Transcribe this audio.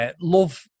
Love